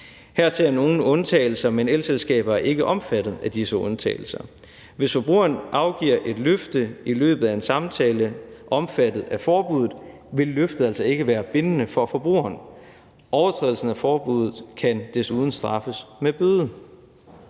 Hertil er nogle undtagelser, men elselskaber er ikke omfattet af disse undtagelser. Hvis forbrugeren afgiver et løfte i løbet af en samtale omfattet af forbuddet, vil løftet altså ikke være bindende for forbrugeren. Overtrædelsen af forbuddet kan desuden straffes med bøde.